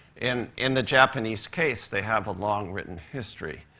and in the japanese case, they have a long, written history.